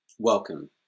Welcome